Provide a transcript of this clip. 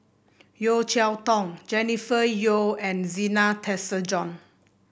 Yeo Cheow Tong Jennifer Yeo and Zena Tessensohn